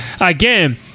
again